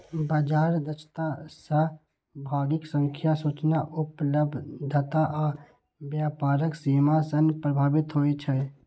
बाजार दक्षता सहभागीक संख्या, सूचना उपलब्धता आ व्यापारक सीमा सं प्रभावित होइ छै